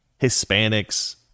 Hispanics